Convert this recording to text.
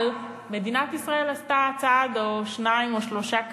אבל מדינת ישראל עשתה צעד או שניים או שלושה קדימה,